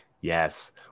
Yes